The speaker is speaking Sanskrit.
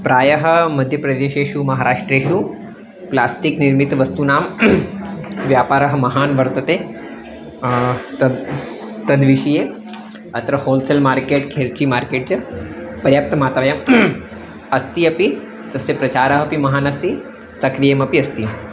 प्रायः मध्यप्रदेशेषु महाराष्ट्रे प्लास्टिक् निर्मितवस्तूनां व्यापारः महान् वर्तते तद् तद्विषये अत्र होल्सेल् मार्केट् खेल्चि मार्केट् च पर्याप्तमात्रायाम् अस्ति अपि तस्य प्रचारः अपि महान् अस्ति सक्रियमपि अस्ति